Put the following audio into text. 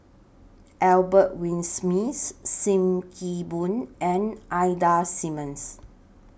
Albert Winsemius SIM Kee Boon and Ida Simmons